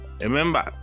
Remember